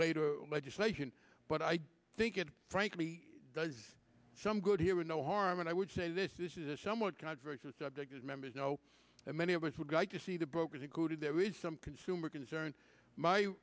later legislation but i think it frankly does some good here no harm and i would say this is a somewhat controversial subject that members know that many of us would like to see the brokers included there is some consumer concern my